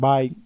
Bye